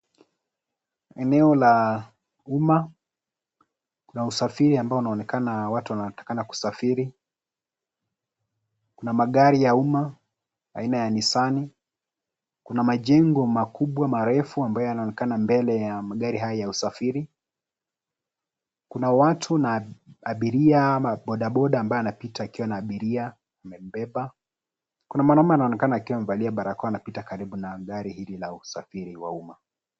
Eneo la umma kuna usafiri ambao unaonekana watu wanatakikana kusafiri. Kuna magari ya umma aina ya Nissani. Kuna majengo makubwa marefu ambayo yanaonekana mbele ya magari haya ya usafiri. Kuna watu na abiria ama bodaboda ambaye anapita akiwa na abiria, amembeba. Kuna mwanaume anaonekana akiwa amevalia barakoa anapita karibu na gari hili la usafiri wa umma.